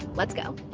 let's go.